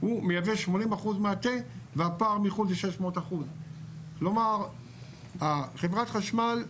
הוא מייבא 80% מהתה והפער מחו"ל זה 600%. חברת חשמל,